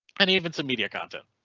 and even some media content.